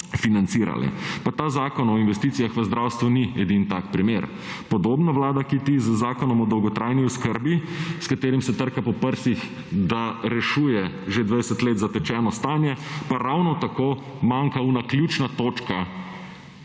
Pa ta Zakon o investicijah v zdravstvo ni edini tak primer. Podobna Vlada hiti(?) z Zakonom o dolgotrajni oskrbi, s katerim se trka po prsih, da rešuje že 20 let zatečeno stanje, pa ravno tako manjka ona ključna točka,